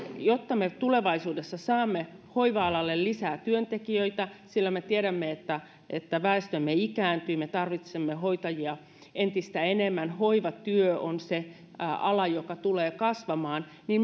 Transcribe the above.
jotta me tulevaisuudessa saamme hoiva alalle lisää työntekijöitä sillä me tiedämme että että väestömme ikääntyy me tarvitsemme hoitajia entistä enemmän hoivatyö on se ala joka tulee kasvamaan niin